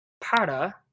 para